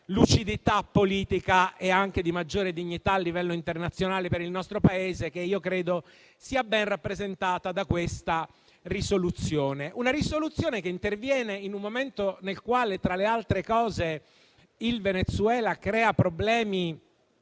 lucidità politica e di maggiore dignità a livello internazionale per il nostro Paese, che io credo sia ben rappresentato da questa risoluzione. Una risoluzione che interviene in un momento nel quale, tra le altre cose, il Venezuela crea problemi